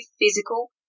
physical